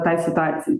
toje situacijoje